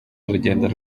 urugendo